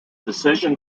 decision